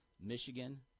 Michigan